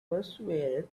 persuaded